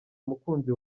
umukunzi